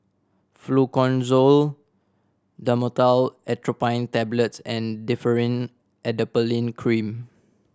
Fluconazole Dhamotil Atropine Tablets and Differin Adapalene Cream